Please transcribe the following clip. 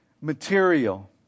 material